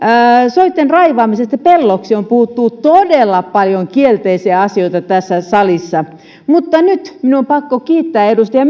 soitten raivaamisesta pelloksi on puhuttu todella paljon kielteisiä asioita tässä salissa mutta nyt minun on pakko kiittää edustaja